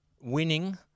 winning